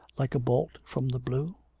like a bolt from the blue.